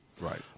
Right